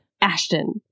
ashton